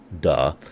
duh